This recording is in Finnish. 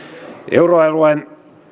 euroalueen